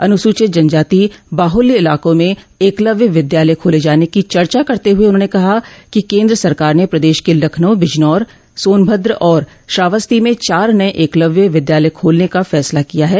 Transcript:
अनुसूचित जनजाति बाहुल्य इलाकों में एकलव्य विद्यालय खोले जाने की चर्चा करते हुए उन्होंने बताया कि केन्द्र सरकार ने प्रदेश के लखनऊ बिजनौर सोनभद्र और श्रावस्ती में चार नये एकलव्य विद्यालय खोलने का फैसला किया है